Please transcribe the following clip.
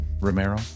Romero